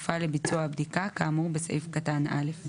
יושב הראש ביקש בעצם ליצור הסדר של הדרגתיות.